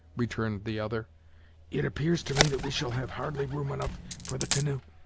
returned the other it appears to me that we shall have hardly room enough for the canoe.